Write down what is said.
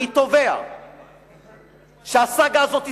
אני תובע שהסאגה הזאת תסתיים,